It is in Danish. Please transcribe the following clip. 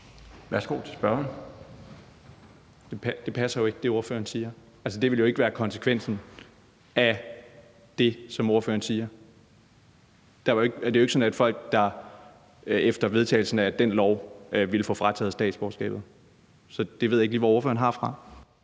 Det, ordføreren siger, passer jo ikke. Altså, det ville jo ikke være konsekvensen, sådan som ordføreren siger. Det er jo ikke sådan, at folk efter vedtagelsen af den lov ville få frataget statsborgerskabet. Så det ved jeg ikke lige hvor ordføreren har fra.